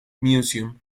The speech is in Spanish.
museum